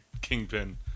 Kingpin